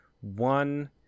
one